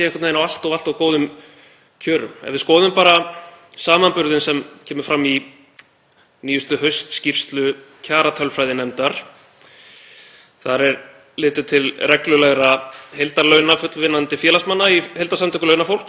þar er litið til reglulegra heildarlauna fullvinnandi félagsmanna í heildarsamtökum launafólks, og þau borin saman, þá gildir það hjá öllum félögunum sem er litið til að það eru starfsmennirnir á almennum markaði sem eru launahæstir.